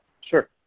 Sure